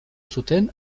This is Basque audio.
zuten